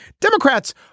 Democrats